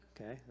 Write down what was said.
Okay